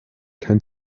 kein